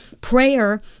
Prayer